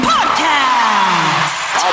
Podcast